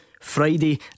Friday